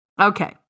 Okay